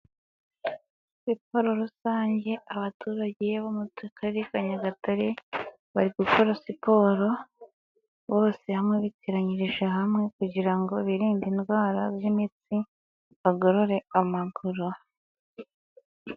Siporo rusange abaturage bo tugari twa nyagatare, bari gukora siporo, bose hamwe bitiranyirije hamwe kugira ngo birinde indwara z'imitsi, bagorore amaguru.